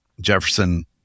Jefferson